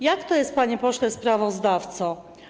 Jak to jest, panie pośle sprawozdawco?